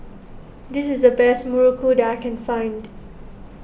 this is the best Muruku that I can find